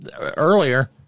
earlier